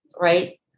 right